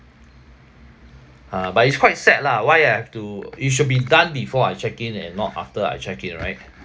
ah but it's quite sad lah why I have to it should be done before I check in and not after I check in right